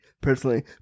personally